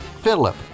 Philip